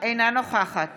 אינה נוכחת